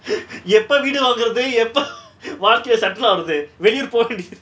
எப்ப வீடு வாங்குறது எப்ப:eppa veedu vaangurathu eppa வாழ்கைல:vaalkaila settled ஆகுறது வெளியூர்:aakurathu veliyoor po~